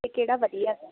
ਅਤੇ ਕਿਹੜਾ ਵਧੀਆ